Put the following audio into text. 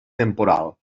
temporal